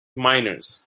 minors